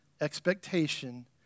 expectation